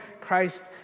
Christ